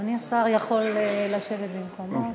אדוני השר יכול לשבת במקומו.